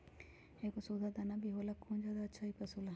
एगो सुधा दाना भी होला कौन ज्यादा अच्छा होई पशु ला?